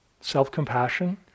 self-compassion